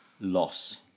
loss